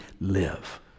live